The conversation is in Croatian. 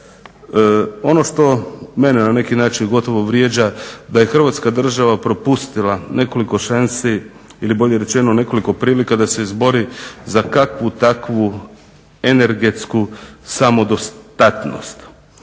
Ono što mene na neki način gotovo vrijeđa da je Hrvatska država propustila nekoliko šansi ili bolje rečeno nekoliko prilika da se izbori za kakvu takvu energetsku samo dostatnost.